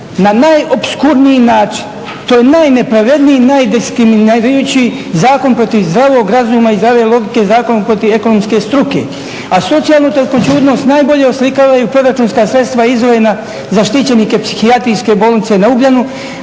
na najopskurniji način. To je najnepravedniji, najdeskriminirajući zakon protiv zdravog razuma i zdrave logike zakon protiv ekonomske struke. A socijalnu tankoćudnost najbolje oslikavaju proračunska sredstva izdvojena za štićenike psihijatrijske bolnice na Ugljanu